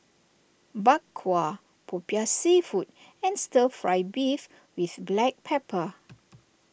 Bak Kwa Popiah Seafood and Stir Fry Beef with Black Pepper